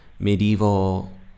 Medieval